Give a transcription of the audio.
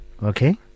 Okay